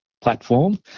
platform